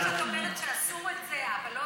ברגע שאת אומרת שאסור את זה אבל לא